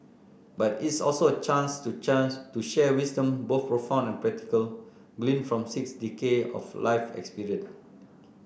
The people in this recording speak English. but it's also a chance to chance to share wisdom both profound and practical gleaned from six decade of life experience